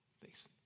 Thanks